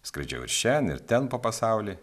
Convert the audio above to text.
skraidžiau ir šen ir ten po pasaulį